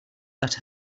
that